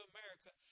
America